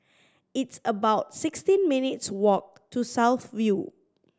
it's about sixteen minutes' walk to South View